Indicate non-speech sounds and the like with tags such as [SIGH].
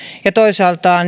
ja toisaalta [UNINTELLIGIBLE]